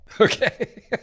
Okay